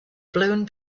blown